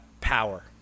power